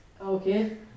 okay